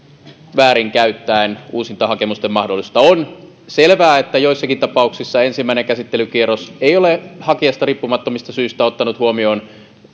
väärin käyttäen uusintahakemusten mahdollisuutta on selvää että joissakin tapauksissa ensimmäinen käsittelykierros ei ole hakijasta riippumattomista syistä ottanut huomioon